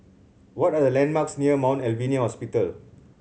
what are the landmarks near Mount Alvernia Hospital